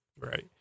Right